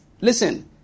Listen